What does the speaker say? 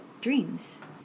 dreams